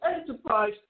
enterprise